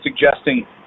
suggesting